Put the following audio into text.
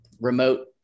remote